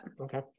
Okay